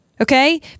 Okay